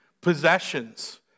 possessions